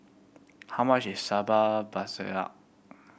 how much is sambal